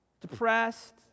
depressed